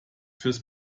fürs